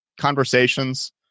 conversations